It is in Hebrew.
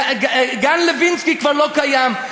גן-לוינסקי כבר לא קיים.